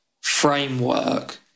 framework